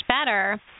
better